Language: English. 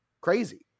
crazy